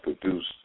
produced